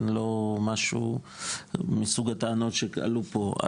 לא משהו מסוג הטענות שעלו פה,